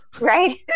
Right